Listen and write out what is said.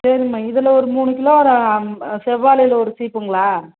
சரிங்கம்மா இதில் ஒரு மூணு கிலோ செவ்வாழையில் ஒரு சீப்புங்களா